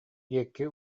диэки